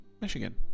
Michigan